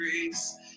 grace